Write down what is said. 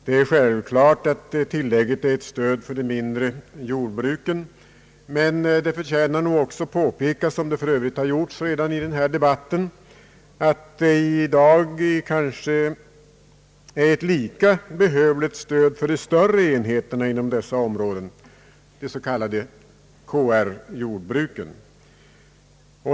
Det är självklart att tilllägget är ett stöd för de mindre jordbruken, men det förtjänar nog också påpekas, vilket för övrigt redan har skett i denna debatt, att det i dag kanske är ett lika behövligt stöd för de större enheterna inom dessa områden — de s.k. KR-jordbruken.